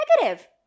negative